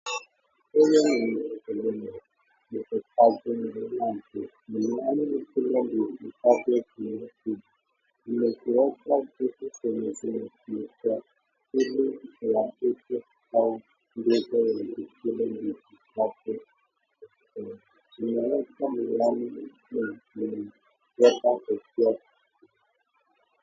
Huyu ni bunge, liko pale milioni na milioni. Tuko kwa public service commission . Imewekwa kitu kwenye zenye ziliisha, ili watu wachukue kwa ule mwenye iko kwa public service commission . Tumeona kwa milioni na milioni wenye wako kwa public service .